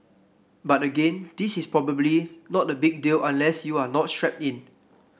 but again this is probably not a big deal unless you are not strapped in